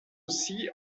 aussi